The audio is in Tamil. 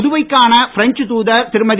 புதுவைக்கான பிரெஞ்ச் தூதர் திருமதி